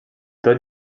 tot